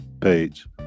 page